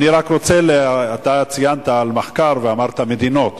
אתה ציינת מחקר ואמרת מדינות.